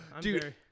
dude